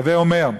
הווי אומר,